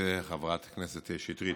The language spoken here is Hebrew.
חברת הכנסת שטרית,